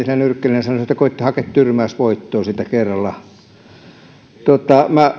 nyrkkeilijänä sanoisin että koetti hakea tyrmäysvoittoa siitä kerralla minä